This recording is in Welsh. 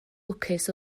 lwcus